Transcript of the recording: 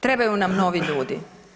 Trebaju nam novi ljudi.